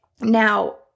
Now